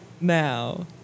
now